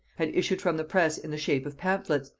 had issued from the press in the shape of pamphlets,